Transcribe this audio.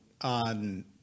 on